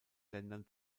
ländern